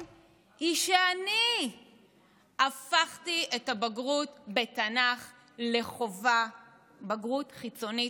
שאני הפכתי את הבגרות בתנ"ך לבגרות חיצונית חובה,